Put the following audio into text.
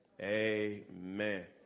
Amen